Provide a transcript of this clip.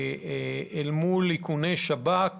לעומת איכוני שב"כ